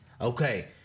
Okay